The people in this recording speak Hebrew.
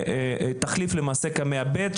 שתחליף למעשה קמ"ע ב'.